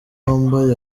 wambaye